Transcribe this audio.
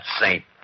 Saint